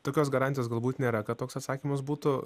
tokios garantijos galbūt nėra kad toks atsakymas būtų